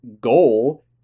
goal